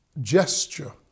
gesture